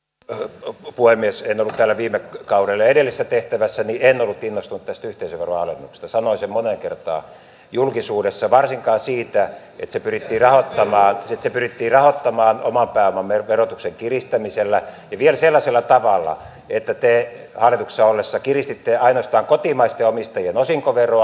en ollut täällä viime kaudella ja edellisessä tehtävässäni en ollut innostunut tästä yhteisöveroalennuksesta sanoin sen moneen kertaan julkisuudessa varsinkaan siitä että se pyrittiin rahoittamaan oman pääoman verotuksen kiristämisellä ja vielä sellaisella tavalla että te hallituksessa ollessanne kiristitte ainoastaan kotimaisten omistajien osinkoveroa